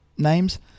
names